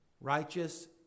Righteous